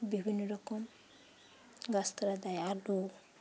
বিভিন্ন রকম গাছ তারা দেয় আলু